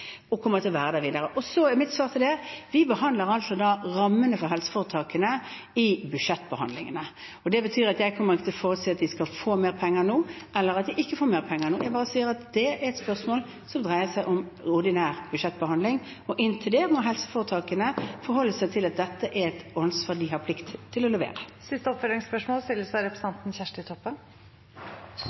Vi behandler rammene for helseforetakene i budsjettbehandlingene. Det betyr at jeg ikke kommer til å forutsi at de skal få eller ikke skal få mer penger nå. Det er et spørsmål som dreier seg om ordinær budsjettbehandling. Inntil det må helseforetakene forholde seg til at dette er et ansvar de har plikt til å levere på. Kjersti Toppe – til oppfølgingsspørsmål. I trontalen den 4. oktober uttala statsministeren følgjande om luftambulansetenesta: «Det som bl.a. er viktig å si, sånn at vi ikke lager en opplevelse av